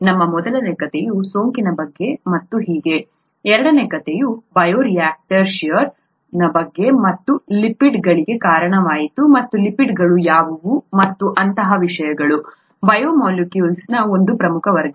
ನಮ್ಮ ಮೊದಲ ಕಥೆಯು ಸೋಂಕಿನ ಬಗ್ಗೆ ಮತ್ತು ಹೀಗೆ ಎರಡನೇ ಕಥೆಯು ಬಯೋ ರಿಯಾಕ್ಟರ್ಗಳಲ್ಲಿನ ಷೇರ್ನ ಬಗ್ಗೆ ನಮಗೆ ಲಿಪಿಡ್ಗಳಿಗೆ ಕಾರಣವಾಯಿತು ಮತ್ತು ಲಿಪಿಡ್ಗಳು ಯಾವುವು ಮತ್ತು ಅಂತಹ ವಿಷಯಗಳು ಬಯೋಮಾಲಿಕ್ಯೂಲ್ಸ್ನ ಒಂದು ಪ್ರಮುಖ ವರ್ಗ